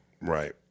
Right